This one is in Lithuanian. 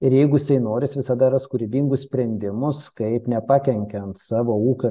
ir jeigu jisai nori jis visada ras kūrybingus sprendimus kaip nepakenkiant savo ūkio